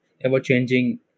ever-changing